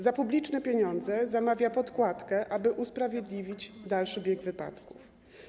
Za publiczne pieniądze zamawia podkładkę, aby usprawiedliwić dalszy bieg wypadków.